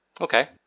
Okay